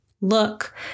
look